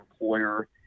employer